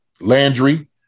Landry